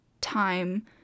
time